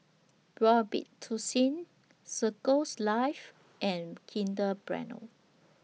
Robitussin Circles Life and Kinder Bueno